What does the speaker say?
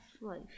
life